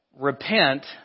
repent